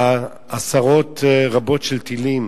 עשרות רבות של טילים